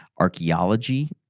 archaeology